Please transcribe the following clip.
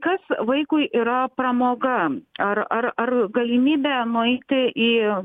kas vaikui yra pramoga ar ar ar galimybė nueiti į